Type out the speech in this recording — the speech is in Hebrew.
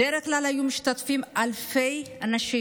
בדרך כלל היו משתתפים אלפי אנשים.